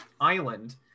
island